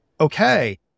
okay